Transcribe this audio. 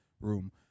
room